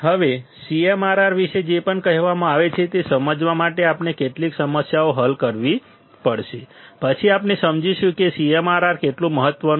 હવે CMRR વિશે જે પણ કહેવામાં આવ્યું છે તે સમજવા માટે આપણે કેટલીક સમસ્યાઓ હલ કરવી પડશે પછી આપણે સમજીશું કે CMRR કેટલું મહત્વનું છે